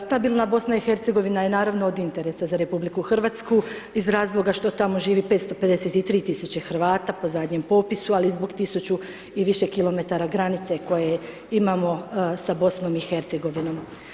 Stabilna BiH je naravno od interesa za RH iz razloga što tamo živi 553.000 Hrvata po zadnjem popisu, ali i zbog 1.000 i više kilometara granice koje imamo sa BiH.